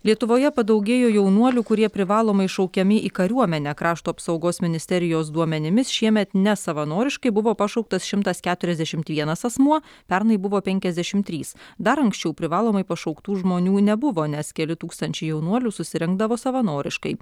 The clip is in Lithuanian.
lietuvoje padaugėjo jaunuolių kurie privalomai šaukiami į kariuomenę krašto apsaugos ministerijos duomenimis šiemet nesavanoriškai buvo pašauktas šimtas keturiasdešimt vienas asmuo pernai buvo penkiasdešim trys dar anksčiau privalomai pašauktų žmonių nebuvo nes keli tūkstančiai jaunuolių susirinkdavo savanoriškai